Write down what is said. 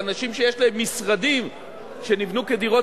ואנשים שיש להם משרדים שנבנו כדירות